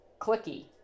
clicky